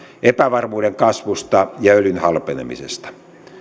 epävarmuuden kasvusta ja öljyn halpenemisesta